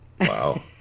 Wow